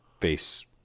face